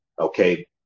Okay